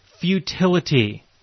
futility